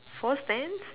four stands